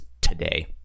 today